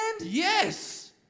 Yes